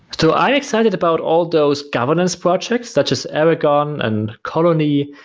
so i'm excited about all those governance projects such as aragon and colony.